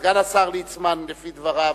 סגן השר ליצמן לפי דבריו.